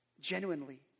Genuinely